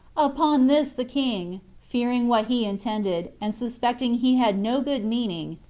upon this the king, fearing what he intended, and suspecting he had no good meaning,